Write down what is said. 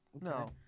No